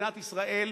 במדינת ישראל,